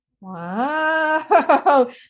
wow